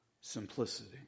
simplicity